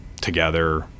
together